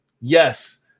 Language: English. Yes